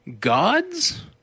gods